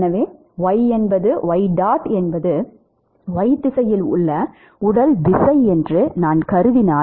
எனவே என்பது y திசையில் உள்ள உடல் விசை என்று நான் கருதினால்